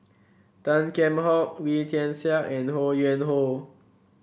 Tan Kheam Hock Wee Tian Siak and Ho Yuen Hoe